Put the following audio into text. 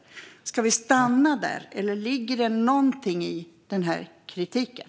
Ska vi stanna där, eller ligger det någonting i den kritiken?